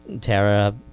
Tara